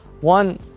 one